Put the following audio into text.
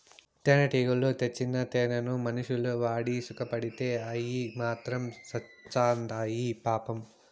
తేనెటీగలు తెచ్చిన తేనెను మనుషులు వాడి సుకపడితే అయ్యి మాత్రం సత్చాండాయి పాపం